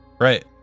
Right